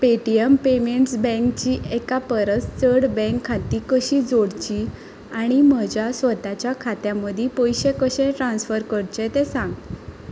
Paytm payments बँकचीं एका परस चड बँक खातीं कशीं जोडचीं आनी म्हज्या स्वताच्या खात्यां मदीं पयशे कशे ट्रान्स्फर करचे तें सांग